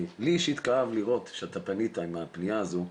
לי אישית כאב לראות כשאתה פנית עם הפנייה הזו,